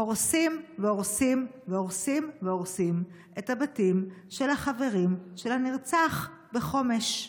הורסים והורסים והורסים והורסים את הבתים של החברים של הנרצח בחומש?